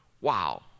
Wow